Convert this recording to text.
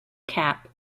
cap